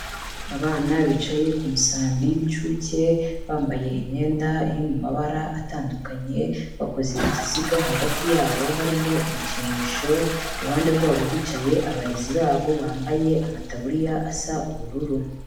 Abana bicaye ku musambi w'inshuke, bambaye imyenda iri mu mabara atandukanye, bakoze ikiziga hagati yabo harimo ibikinisho, iruhande rwabo hicaye abarezi babo bambaye amataburiya asa ubururu.